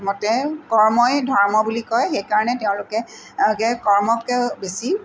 মতে কৰ্মই ধৰ্ম বুলি কয় সেইকাৰণে তেওঁলোকে কৰ্মতকৈ বেছি